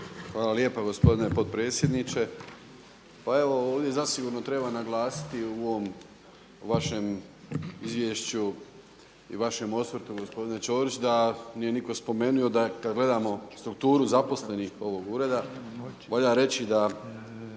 Hvala lijepa, gospodine potpredsjedniče. Pa evo, ovdje zasigurno treba naglasiti u ovom vašem izvješću i vašem osvrtu gospodine Ćorić da nije nitko spomenuo kada gledamo strukturu zaposlenih ovog ureda, valja reći da